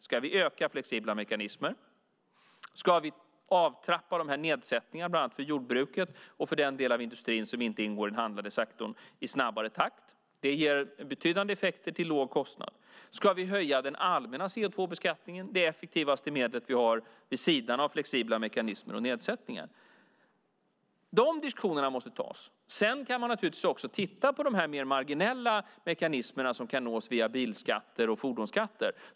Ska vi öka flexibla mekanismer? Ska vi avtrappa nedsättningarna bland annat för jordbruket och för den del av industrin som inte ingår i den handlande sektorn i snabbare takt? Det ger betydande effekter till låg kostnad. Ska vi höja den allmänna CO2-beskattningen, det effektivaste medlet vi har vid sidan av flexibla mekanismer och nedsättningar? De diskussionerna måste tas. Sedan kan man naturligtvis också titta på de mer marginella mekanismerna som kan nås via bilskatter och fordonsskatter.